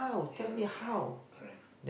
ya correct